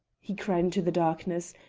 he cried into the darkness,